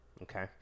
Okay